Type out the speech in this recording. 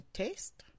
taste